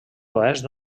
oest